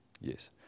Yes